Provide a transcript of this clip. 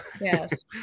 Yes